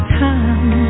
time